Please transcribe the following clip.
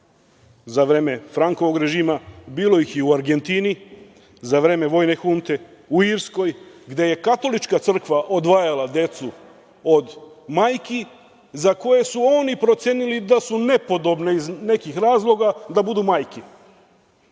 za vreme Frankovog režima, bilo ih je i u Argentini za vreme vojne hunte, u Irskoj gde je katolička crkva odvajala decu od majki za koje su oni procenili da su nepodobne iz nekih razloga da budu majke.